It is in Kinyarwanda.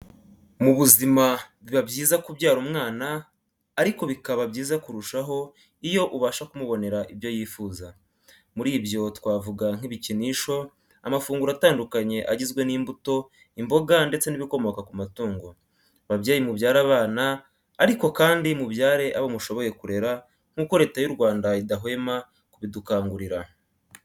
Mu buzima biba byiza kubyara umwana ariko bikaba byiza kurushaho iyo ubasha kumubonera ibyo yifuza, muri byo twavuga nk'ibikinisho, amafunguro atandukanye agizwe n'imbuto, imboga ndetse n'ibikomoka ku matungo. Babyeyi mubyare abana ariko kandi mubyare abo mushoboye kurera nk'uko Leta y'u Rwanda idahwema kubidukangurira.